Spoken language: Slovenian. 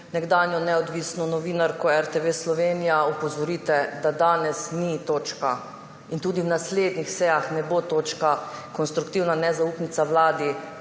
nekdanjo neodvisno novinarko RTV Slovenija opozorite, da danes ni točka in tudi na naslednjih sejah ne bo točka konstruktivna nezaupnica vladi